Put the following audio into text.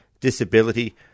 disability